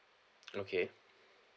okay